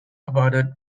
awarded